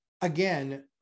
again